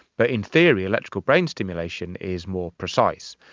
but in theory electrical brain stimulation is more precise.